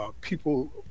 people